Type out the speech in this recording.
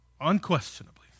unquestionably